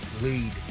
lead